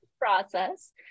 process